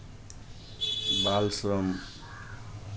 बाल श्रम